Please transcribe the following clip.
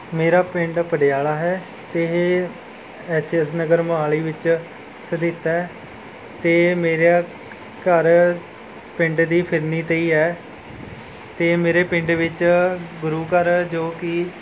ਮੇਰਾ ਪਿੰਡ ਪਡਿਆਲਾ ਹੈ ਅਤੇ ਇਹ S A S Nagar Mohali ਵਿੱਚ ਸਥਿਤ ਹੈ ਅਤੇ ਮੇਰਾ ਘਰ ਪਿੰਡ ਦੀ ਫਿਰਨੀ 'ਤੇ ਹੀ ਹੈ ਅਤੇ ਮੇਰੇ ਪਿੰਡ ਵਿੱਚ ਗੁਰੂ ਘਰ ਜੋ ਕਿ